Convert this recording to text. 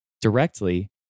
directly